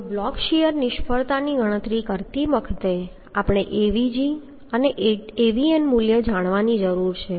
હવે block shear નિષ્ફળતાની ગણતરી કરતી વખતે આપણે Avg અને Avn મૂલ્ય જાણવાની જરૂર છે